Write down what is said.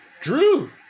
Drew